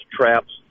traps